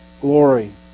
glory